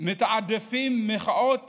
מתעדפים מחאות